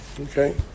Okay